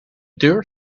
deur